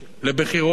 לבחירות